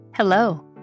Hello